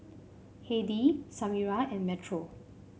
Heidy Samira and Metro